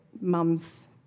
mums